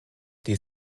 die